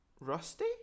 rusty